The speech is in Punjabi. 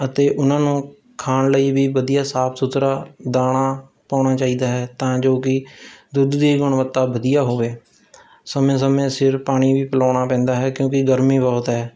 ਅਤੇ ਉਹਨਾਂ ਨੂੰ ਖਾਣ ਲਈ ਵੀ ਵਧੀਆ ਸਾਫ ਸੁਥਰਾ ਦਾਣਾ ਪਾਉਣਾ ਚਾਹੀਦਾ ਹੈ ਤਾਂ ਜੋ ਕਿ ਦੁੱਧ ਦੀ ਗੁਣਵੱਤਾ ਵਧੀਆ ਹੋਵੇ ਸਮੇਂ ਸਮੇਂ ਸਿਰ ਪਾਣੀ ਵੀ ਪਿਲਾਉਣਾ ਪੈਂਦਾ ਹੈ ਕਿਉਂਕਿ ਗਰਮੀ ਬਹੁਤ ਹੈ